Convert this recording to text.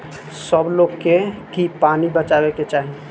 सब लोग के की पानी बचावे के चाही